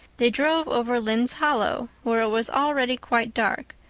they drove over lynde's hollow, where it was already quite dark,